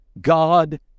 God